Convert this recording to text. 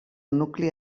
nucli